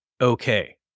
okay